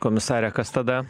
komisare kas tada